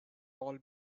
all